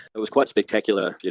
it was quite spectacular, you